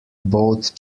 both